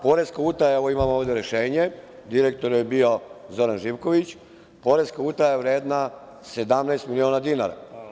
Poreska utaja, evo imamo ovde rešenje, direktor je bio Zoran Živković, poreska utaja je vredna 17 miliona dinara.